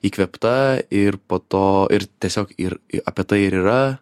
įkvėpta ir po to ir tiesiog ir apie tai ir yra